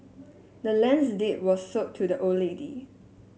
the land's deed was sold to the old lady